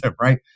right